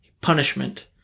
punishment